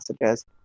messages